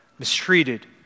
mistreated